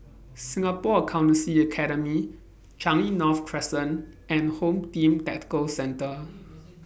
Singapore Accountancy Academy Changi North Crescent and Home Team Tactical Centre